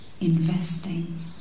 Investing